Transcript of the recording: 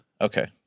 Okay